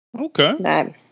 Okay